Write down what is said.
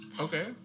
Okay